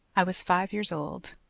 i was five years old,